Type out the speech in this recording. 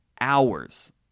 hours